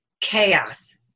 chaos